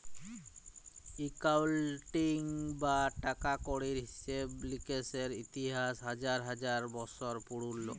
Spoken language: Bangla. একাউলটিং বা টাকা কড়ির হিসেব লিকেসের ইতিহাস হাজার হাজার বসর পুরল